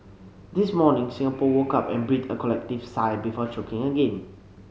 this morning Singapore woke up and breathed a collective sigh before choking again